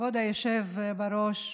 כבוד היושב בראש,